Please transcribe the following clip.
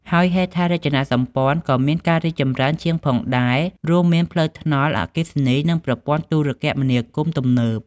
ហើយហេដ្ឋារចនាសម្ព័ន្ធ ក៏មានការរីកចម្រើនជាងផងដែរ រួមមានផ្លូវថ្នល់ អគ្គិសនី និងប្រព័ន្ធទូរគមនាគមន៍ទំនើប។